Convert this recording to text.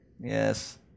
Yes